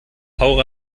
hau